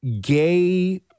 gay